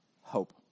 hope